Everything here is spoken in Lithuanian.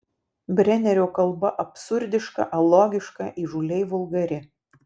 brenerio kalba absurdiška alogiška įžūliai vulgari